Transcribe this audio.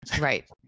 Right